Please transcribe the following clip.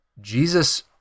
Jesus